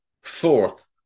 fourth